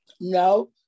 No